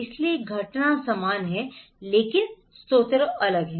इसलिए घटना समान है लेकिन स्रोत अलग हैं